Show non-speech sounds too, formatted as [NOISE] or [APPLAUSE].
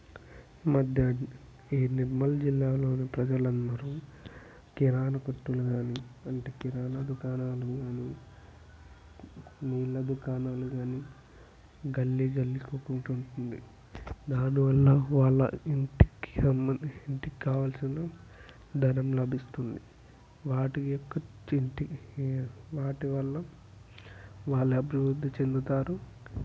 మధ్యర్తి ఈ నిర్మల్ జిల్లాలోని ప్రజలందరూ కిరాణా కొట్టుల్లోను అంటే కిరాణా దుకాణంలోనూ నీళ్ల దుకాణాలు కానీ గల్లీ గల్లీకి ఒకటి ఉంటుంది దానివల్ల వాళ్ళ ఇంటికి సంబంధించిన ఇంటికి కావాల్సిన ధనం లభిస్తుంది వాటికి [UNINTELLIGIBLE] వాటి వల్ల వాళ్ళు అభివృద్ధి చెందుతారు